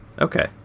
Okay